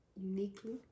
uniquely